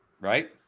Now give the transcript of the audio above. Right